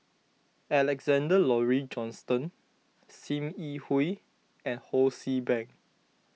Alexander Laurie Johnston Sim Yi Hui and Ho See Beng